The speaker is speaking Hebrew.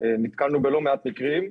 נתקלנו בלא מעט מקרים,